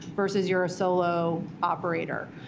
versus you're a solo operator.